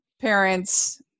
parents